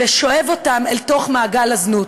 שואבות אותם לתוך מעגל הזנות.